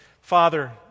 Father